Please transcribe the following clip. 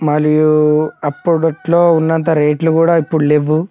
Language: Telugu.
మరియు అప్పుట్లో ఉన్నంత రేట్లు కూడా ఇప్పుడు లేవు